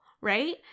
right